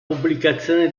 pubblicazione